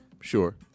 sure